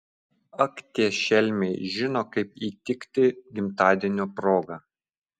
ak tie šelmiai žino kaip įtikti gimtadienio proga